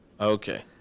Okay